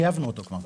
כבר חייבנו אותו.